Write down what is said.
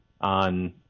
on